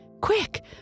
quick